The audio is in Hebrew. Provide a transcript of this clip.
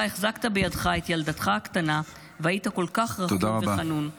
החזקת בידך את ילדתך הקטנה והיית כל כך רחום וחנון -- תודה רבה.